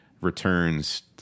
returns